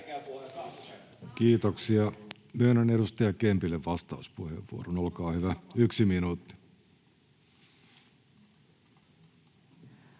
Kiitoksia. — Myönnän edustaja Kempille vastauspuheenvuoron. — Olkaa hyvä, yksi minuutti.